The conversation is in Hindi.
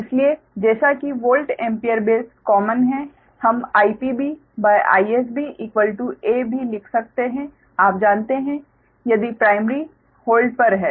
इसलिए जैसा कि वोल्ट एम्पीयर बेस कॉमन है हम IpB IsB a भी लिख सकते हैं आप जानते हैं यदि प्राइमरी होल्ड पर है